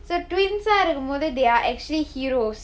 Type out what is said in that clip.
so twins ah இருக்கும் போது:irrukum poothu there are actually heroes